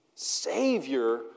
Savior